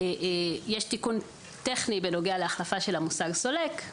תיקון טכני בנוגע להחלפה של המושג סולק.